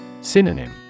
Synonym